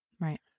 Right